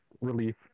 relief